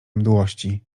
mdłości